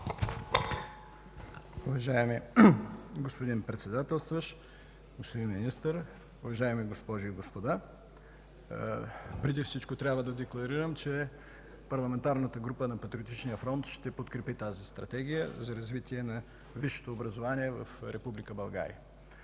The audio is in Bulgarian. Уважаеми господин Председателстващ, господин Министър, уважаеми госпожи и господа! Преди всичко трябва да декларирам, че Парламентарната група на Патриотичния фронт ще подкрепи тази Стратегия за развитие на висшето образование в Република България.